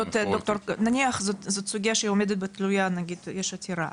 נניח שזאת סוגיה שעומדת ותלויה כי יש עתירה.